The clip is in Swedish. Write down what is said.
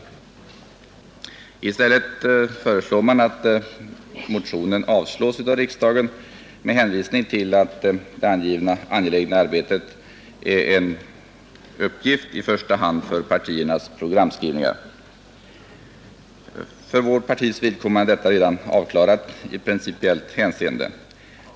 Men i stället föreslår utskottet att motionen avslås av riksdagen med hänvisning till att det angivna angelägna arbetet i första hand är en uppgift för partiernas programskrivningar. För centerpartiets vidkommande är detta redan i princip avklarat.